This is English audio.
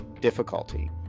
difficulty